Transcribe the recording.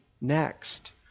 next